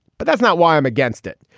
but that's not why i'm against it.